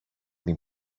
την